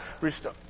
restore